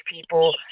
people